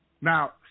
Now